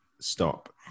stop